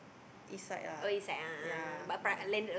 east side lah ya